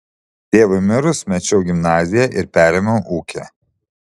tėvui mirus mečiau gimnaziją ir perėmiau ūkį